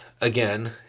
again